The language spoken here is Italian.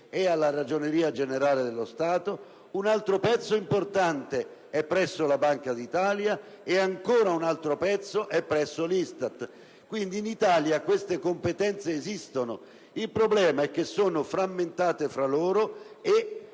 alla Ragioneria generale dello Stato, un altro pezzo importante è presso la Banca d'Italia e, ancora, un altro pezzo è presso l'ISTAT. In Italia queste competenze esistono; il problema è che sono frammentate tra loro e